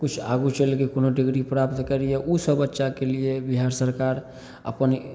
किछु आगू चलिके हम कोनो डिग्री प्राप्त करी ओसभ बच्चाके लिए बिहार सरकार अपन